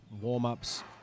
warm-ups